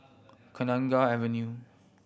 Kenanga Avenue